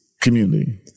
community